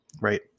Right